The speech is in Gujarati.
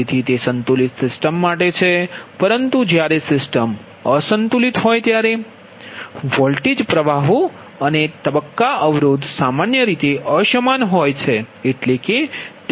તેથી તે સંતુલિત સિસ્ટમ માટે છે પરંતુ જ્યારે સિસ્ટમ અસંતુલિત હોય ત્યારે વોલ્ટેજ પ્રવાહો અને તબક્કા અવરોધ સામાન્ય રીતે અસમાન હોય છે